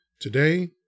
today